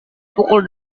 pukul